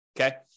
okay